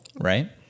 right